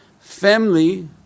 family